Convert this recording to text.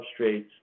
substrates